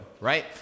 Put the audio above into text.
right